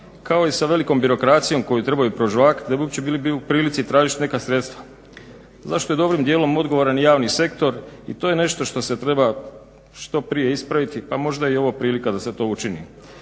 kao i sa velikom birokracijom koju trebaju prožvakati da bi uopće bili u prilici tražiti neka sredstva, zašto je dobrim dijelom odgovoran i javni sektor. I to je nešto što se treba što prije ispraviti pa možda je ovo prilika da se to učini.